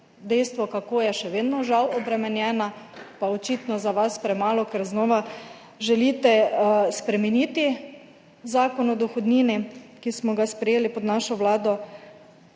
kako je žal še vedno obremenjena, pa očitno za vas premalo, ker znova želite spremeniti Zakon o dohodnini, ki smo ga sprejeli pod našo vlado,